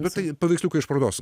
bet tai paveiksliukai iš parodos